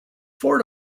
ford